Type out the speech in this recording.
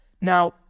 Now